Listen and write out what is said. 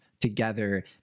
together